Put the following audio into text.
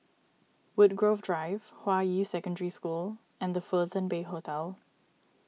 Woodgrove Drive Hua Yi Secondary School and the Fullerton Bay Hotel